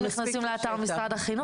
לא כולם נכנסים לאתר משרד החינוך.